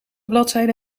bladzijde